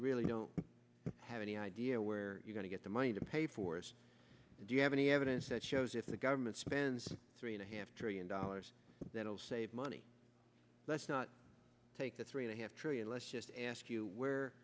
really don't have any idea where you're going to get the money to pay for it do you have any evidence that shows if the government spends three and a half trillion dollars that will save money let's not take the three they have let's just ask you where